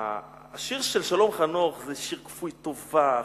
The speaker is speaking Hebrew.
השיר של שלום חנוך זה שיר כפוי טובה,